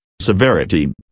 severity